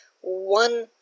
One